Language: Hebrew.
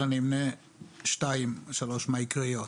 אבל אמנה שתיים-שלוש מהעיקריות: